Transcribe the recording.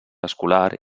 escolar